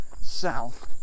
south